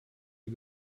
you